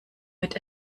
mit